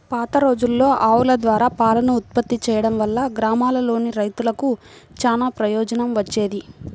పాతరోజుల్లో ఆవుల ద్వారా పాలను ఉత్పత్తి చేయడం వల్ల గ్రామాల్లోని రైతులకు చానా ప్రయోజనం వచ్చేది